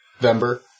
November